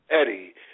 Eddie